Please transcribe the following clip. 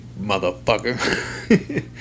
motherfucker